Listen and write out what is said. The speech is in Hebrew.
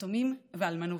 יתומים ואלמנות,